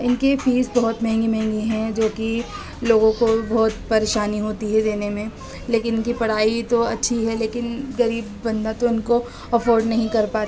ان کی فیس بہت مہنگی مہنگی ہیں جوکہ لوگوں کو بہت پریشانی ہوتی ہے دینے میں لیکن ان کی پڑھائی تو اچھی ہے لیکن غریب بندہ تو ان کو افورڈ نہیں کر پاتا